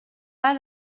pas